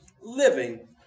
living